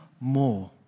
more